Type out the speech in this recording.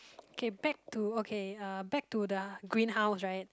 okay back to okay uh back to the green house right